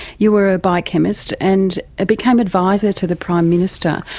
you were a biochemist and ah become adviser to the prime minister,